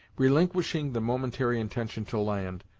relinquishing the momentary intention to land,